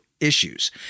issues